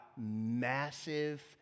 massive